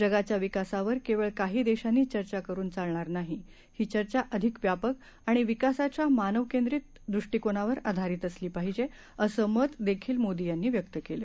जगाच्या विकासावर केवळ काही देशांनी चर्चा करुन चालणार नाही ही चर्चा अधिक व्यापक आणि विकासाच्या मानव केंद्रीत दृष्टीकोनावर आधारित असली पाहिजे असं मत देखिल मोदी यांनी व्यक्त केलं